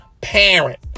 parent